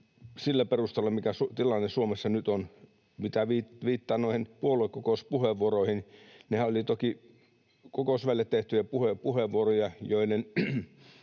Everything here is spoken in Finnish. sillä perusteella, mikä tilanne Suomessa nyt on. Viittaan noihin puoluekokouspuheenvuoroihin. Nehän olivat toki kokousväelle tehtyjä puheenvuoroja, joiden